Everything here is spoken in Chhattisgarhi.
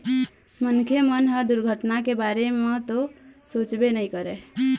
मनखे मन ह दुरघटना के बारे म तो सोचबे नइ करय